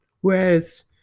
Whereas